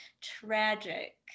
tragic